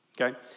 Okay